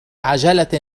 عجلة